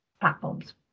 platforms